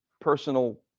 personal